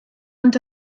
ond